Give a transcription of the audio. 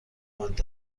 کنید